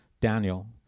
Daniel